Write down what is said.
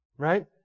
Right